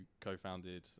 co-founded